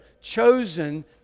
chosen